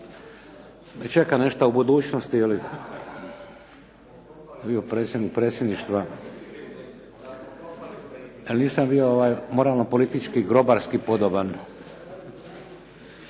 da pričeka nešto u budućnosti, bio predsjednik predsjedništva, jer nisam bio moralno-politički-grobarski podoban.